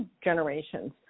generations